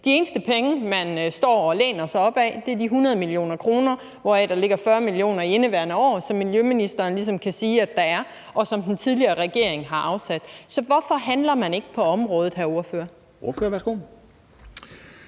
De eneste penge, man står og læner sig op ad, er de 100 mio. kr., hvoraf der ligger 40 mio. kr. i indeværende år, som miljøministeren ligesom kan sige at der er, og som den tidligere regering har afsat. Så hvorfor handler man ikke på området, hr. ordfører? Kl.